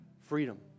Freedom